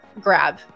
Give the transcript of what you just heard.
grab